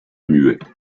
muet